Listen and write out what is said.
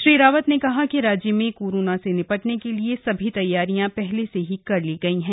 श्री रावत ने कहा कि राज्य में कोरोना से निपटने के लिए सभी तैयारियां पहले से ही कर ली गई हैं